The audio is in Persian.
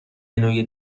منوی